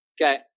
okay